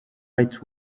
rights